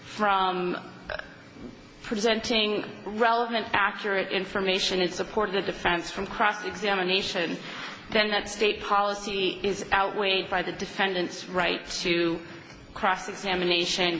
from presenting relevant accurate information in support of the defense from cross examination then that state policy is outweighed by the defendant's right to cross examination